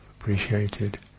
appreciated